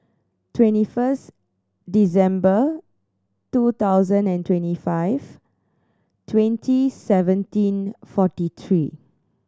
twenty first December two thousand and twenty five twenty seventeen forty three